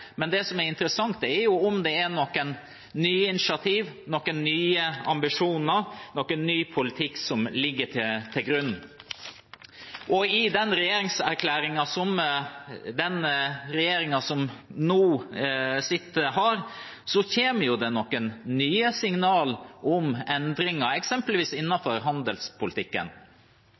Det som er interessant, er om det er noen nye initiativ, noen nye ambisjoner, noen ny politikk som ligger til grunn. I regjeringserklæringen fra den nå sittende regjeringen kommer noen nye signaler om endringer, f.eks. innenfor handelspolitikken. Det